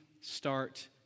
start